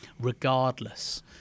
regardless